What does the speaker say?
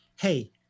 Hey